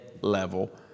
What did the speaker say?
level